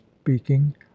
speaking